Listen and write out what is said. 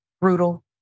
brutal